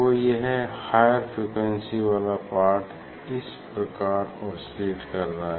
तो यह higher frequency वाला पार्ट इस प्रकार ओसिलेट कर रहा है